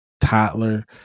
toddler